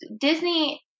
Disney